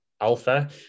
alpha